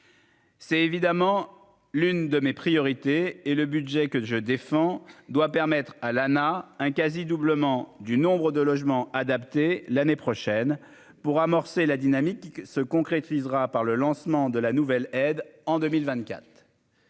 C'est évidemment l'une de mes priorités et le budget que je défends, doit permettre à l'un quasi-doublement du nombre de logements adaptés, l'année prochaine pour amorcer la dynamique se concrétisera par le lancement de la nouvelle aide en 2024.